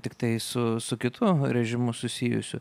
tiktai su su kitu režimu susijusiu